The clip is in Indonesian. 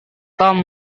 tom